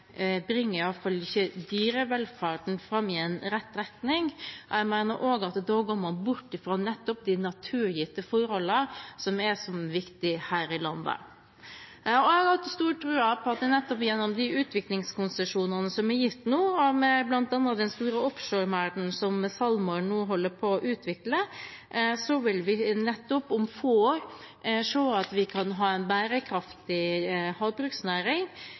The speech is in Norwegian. bringer i alle fall ikke dyrevelferden framover i rett retning. Jeg mener også at da går man bort fra nettopp de naturgitte forholdene som er så viktige her i landet. Jeg har stor tro på at det nettopp er gjennom de utviklingskonsesjonene som er gitt nå, bl.a. med den store offshore-merden som SalMar nå holder på å utvikle, vi om få år nettopp vil se at vi kan ha en bærekraftig havbruksnæring